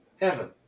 heaven